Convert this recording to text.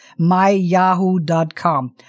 myyahoo.com